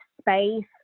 space